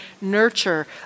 nurture